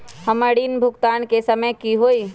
हमर ऋण भुगतान के समय कि होई?